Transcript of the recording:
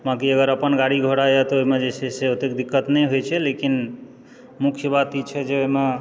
बाँकी अगर अपन गाड़ी घोड़ा यए तऽ ओहिमे जे छै से ओतेक दिक्कत नहि होइ छै लेकिन मुख्य बात ई छै जे ओहिमे